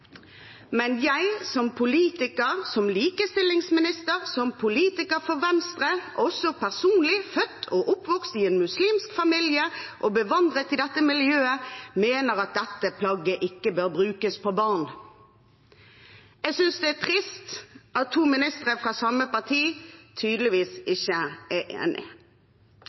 jeg som politiker, som likestillingsminister, som politiker for Venstre, og også personlig, født og oppvokst i en muslimsk familie og bevandret i dette miljøet, mener at dette plagget ikke bør brukes på barn.» Jeg synes det er trist at to statsråder fra samme parti tydeligvis ikke er enige. Jeg